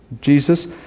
Jesus